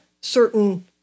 certain